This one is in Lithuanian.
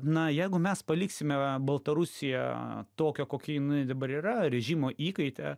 na jeigu mes paliksime baltarusiją tokią kokia jinai dabar yra režimo įkaite